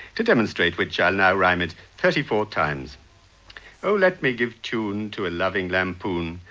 to demonstrate which i'll now rhyme it thirty four times oh let me give tune to a loving lampoon,